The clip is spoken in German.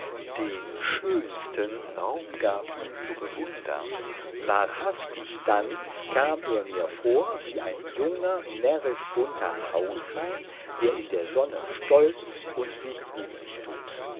den schönsten raum gab ihn zu bewundern wahrhaftig dann kam er mir vor wie ein junger närrisch bunter haushahn der in der sonne stolz und sich gütlich tut